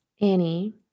Annie